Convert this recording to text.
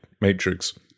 matrix